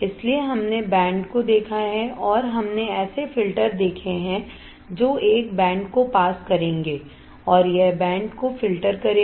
इसलिए हमने बैंड को देखा है और हमने ऐसे फिल्टर देखे हैं जो एक बैंड को पास करेंगे और यह बैंड को फ़िल्टर करेगा